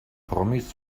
promis